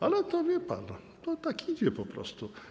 Ale to wie pan, to tak idzie po prostu.